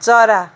चरा